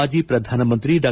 ಮಾಜಿ ಪ್ರಧಾನಮಂತ್ರಿ ಡಾ